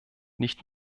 nicht